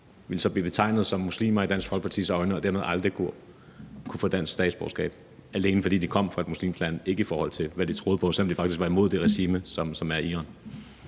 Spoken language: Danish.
vil de så blive betegnet som muslimer i Dansk Folkepartis øjne og dermed aldrig kunne få dansk statsborgerskab, altså alene fordi de kommer fra et muslimsk land – ikke i forhold til hvad de tror på, og selv om de faktisk er imod det regime, som er i Iran?